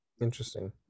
Interesting